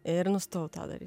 ir nustojau tą daryt